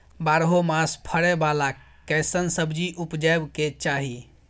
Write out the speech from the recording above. बारहो मास फरै बाला कैसन सब्जी उपजैब के चाही?